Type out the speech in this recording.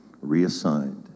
Reassigned